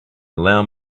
allow